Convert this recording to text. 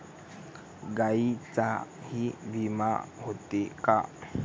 गायींचाही विमा होते का?